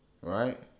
Right